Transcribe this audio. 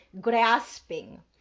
grasping